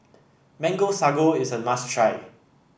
Mango Sago is a must try